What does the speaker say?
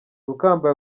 rukamba